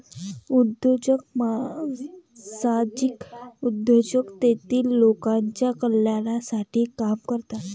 उद्योजक सामाजिक उद्योजक तेतील लोकांच्या कल्याणासाठी काम करतात